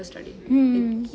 mm